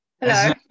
Hello